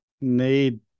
need